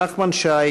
נחמן שי,